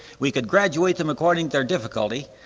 we could graduate them according to their difficulty,